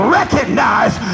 recognize